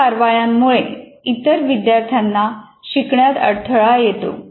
त्यांच्या कारवायांमुळे इतर विद्यार्थ्यांना शिकण्यात अडथळा येतो